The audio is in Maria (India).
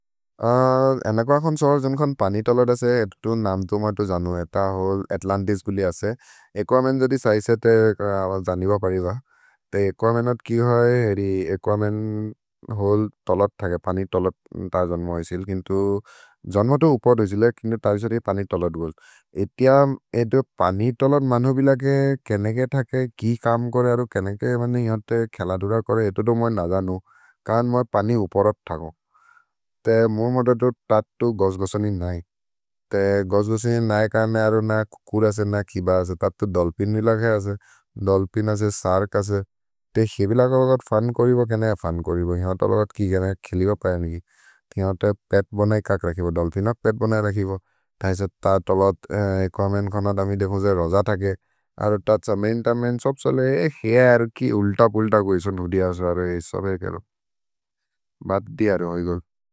अनकुअकोन् सोहर् जेम्खन् पनि तलद् असे, एतु तु नाम्तु मैतो जनु, एत होल् अत्लन्तिस् गुलि असे। एक्वमेन् जोदि सैसे ते जानिब परिद। ते एक्वमेनत् कि होइ, हेरि एक्वमेन् होल् तलद् थके, पनि तलद् त जन्मोहेसिल्। किन्तु जन्मतो उपर् होजिले, किन्तु तैसरि पनि तलद् बोल्। एतिय, एतु पनि तलद् मन्होबिल के केने के थके, कि कम् कोरे, अरु केने के, बनि हर्ते खेल दुर कोरे, एतु तो मोइ न जनु। करन् मोइ पनि उपरत् थको। ते मोइ मततो ततु गौश् गौशनि नहि। ते गौश् गौशनि नहि करने, अरु न कुकुर् असे, न किब असे। ततु दल्पिन्नि लखे असे, दल्पिन् असे, सर्क् असे। ते खेबि लको लगत् फुन् कोरिबो, केने य फुन् कोरिबो। हिनत लगत् कि, केने य खेलिब पयन् कि। हिनत पेत् बनय् कक् रखेबो, दल्पिनक् पेत् बनय् रखेबो। थैस, थ तबत् एक्वमेन् खनद्, अमि देखो जे रोज थके, अरु तत्स मेन् त मेन्, सोप्सेले, ए, हेरि अरु कि, उल्त पुल्त कोइ सोन्, उधियसरे इस पेर् केलो। भात् दियरे होइ गोल्।